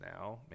now